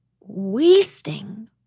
wasting